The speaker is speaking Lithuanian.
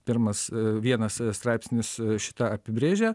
pirmas vienas straipsnis šitą apibrėžia